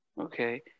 Okay